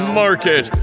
market